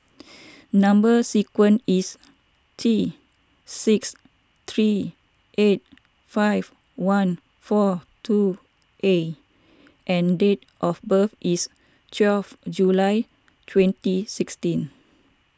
Number Sequence is T six three eight five one four two A and date of birth is twelve July twenty sixteen